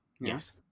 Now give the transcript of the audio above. yes